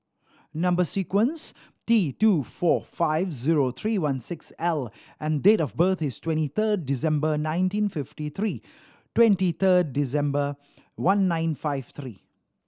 number sequence T two four five zero three one six L and date of birth is twenty third December nineteen fifty three twenty third December one nine five three